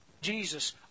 Jesus